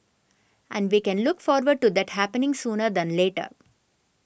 and we can look forward to that happening sooner than later